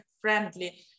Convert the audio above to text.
friendly